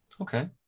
Okay